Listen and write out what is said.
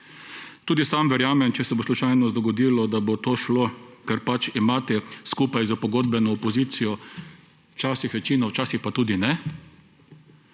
Tudi sam verjamem, če se bo slučajno dogodilo, da bo to šlo, ker pač imate skupaj s pogodbeno opozicijo včasih večino, včasih pa tudi ne,